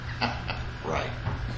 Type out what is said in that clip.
right